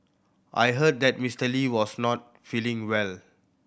I heard that Mister Lee was not feeling well